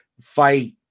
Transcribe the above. fight